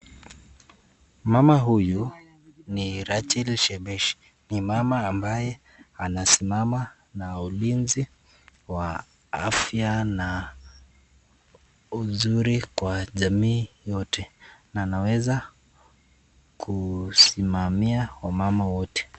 Mama huyu ni Rachel Shebesh. Ni mama ambaye anasimama na ulinzi wa afya na uzuri kwa jamii yote na anaweza kusimamia wamama wote.